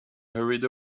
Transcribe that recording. hurried